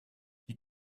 you